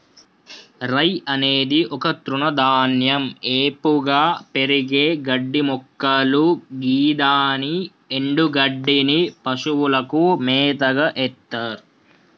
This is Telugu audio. రై అనేది ఒక తృణధాన్యం ఏపుగా పెరిగే గడ్డిమొక్కలు గిదాని ఎన్డుగడ్డిని పశువులకు మేతగ ఎత్తర్